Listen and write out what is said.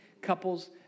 Couples